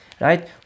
right